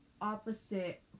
opposite